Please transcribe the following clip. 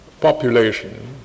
population